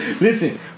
Listen